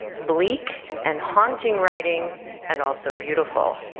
bleak and haunting writing and also beautiful.